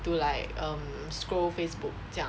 to like um scroll facebook 这样